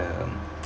um